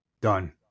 done